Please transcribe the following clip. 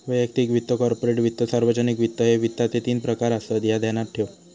वैयक्तिक वित्त, कॉर्पोरेट वित्त, सार्वजनिक वित्त, ह्ये वित्ताचे तीन प्रकार आसत, ह्या ध्यानात ठेव